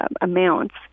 amounts